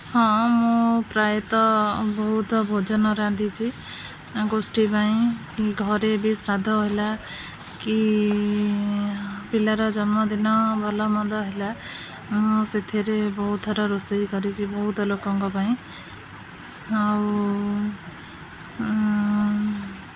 ହଁ ମୁଁ ପ୍ରାୟତଃ ବହୁତ ଭୋଜନ ରାନ୍ଧିଛି ଗୋଷ୍ଠୀ ପାଇଁ କି ଘରେ ବି ଶ୍ରାଦ୍ଧ ହେଲା କି ପିଲାର ଜନ୍ମଦିନ ଭଲମନ୍ଦ ହେଲା ମୁଁ ସେଥିରେ ବହୁତ ଥର ରୋଷେଇ କରିଛି ବହୁତ ଲୋକଙ୍କ ପାଇଁ ଆଉ